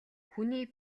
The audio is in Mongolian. хүний